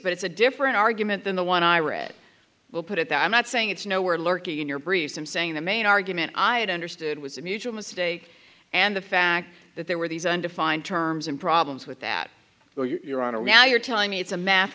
but it's a different argument than the one i read will put it that i'm not saying it's nowhere lurking in your briefs i'm saying the main argument i had understood was a mutual mistake and the fact that there were these undefined terms and problems with that you're on now you're telling me it's a math